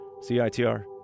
C-I-T-R